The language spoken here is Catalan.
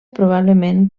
probablement